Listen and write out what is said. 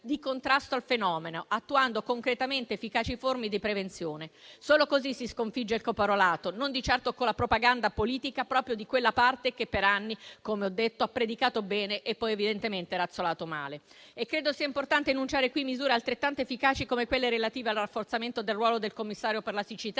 di contrasto al fenomeno, attuando concretamente efficaci forme di prevenzione. Solo così si sconfigge il caporalato, non di certo con la propaganda politica proprio di quella parte che, per anni - come ho detto - ha predicato bene e poi evidentemente razzolato male. Credo sia importante enunciare qui misure altrettanto efficaci come quelle relative al rafforzamento del ruolo del commissario per la siccità